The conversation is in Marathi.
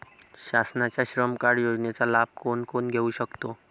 शासनाच्या श्रम कार्ड योजनेचा लाभ कोण कोण घेऊ शकतो?